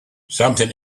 something